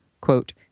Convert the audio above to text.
quote